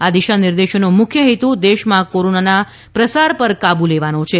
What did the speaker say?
આ દિશા નિર્દેશોનો મુખ્ય હેતુ દેશમાં કોરોનાના પ્રસાર પર કાબૂ લેવાનો છે